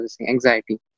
anxiety